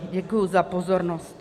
Děkuji za pozornost.